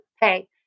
hey